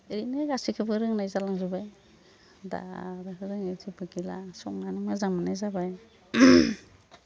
ओरैनो गासैखौबो रोंनाय जालांजोब्बाय दा बेफोरखौ रोङै जेबो गैला संनानै मोजां मोन्नाय जाबाय